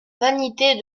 vanité